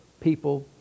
people